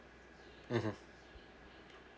mmhmm